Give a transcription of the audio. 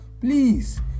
Please